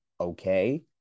okay